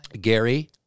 Gary